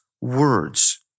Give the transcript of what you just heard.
words